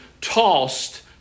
tossed